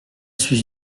suis